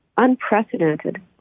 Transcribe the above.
unprecedented